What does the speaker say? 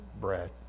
bread